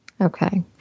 Okay